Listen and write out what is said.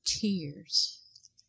tears